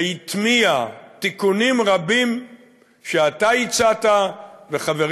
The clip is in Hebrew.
והטמיע תיקונים רבים שאתה הצעת וחברים